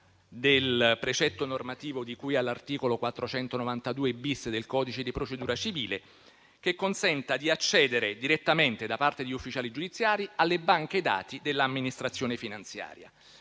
del precetto normativo di cui all'articolo 492-*bis* del codice di procedura civile, che consenta di accedere direttamente, da parte degli ufficiali giudiziari, alle banche dati dell'amministrazione finanziaria.